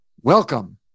Welcome